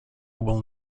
will